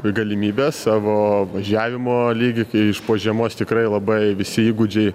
galimybes savo važiavimo lygį kai iš po žiemos tikrai labai visi įgūdžiai